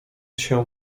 się